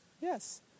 Yes